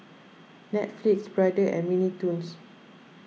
Netflix Brother and Mini Toons